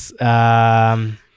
Yes